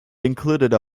included